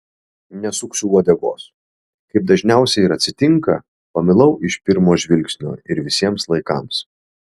nesuksiu uodegos kaip dažniausiai ir atsitinka pamilau iš pirmo žvilgsnio ir visiems laikams